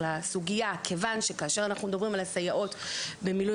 כיוון שכאשר אנחנו מדברים על הסייעות במילוי